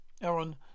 Aaron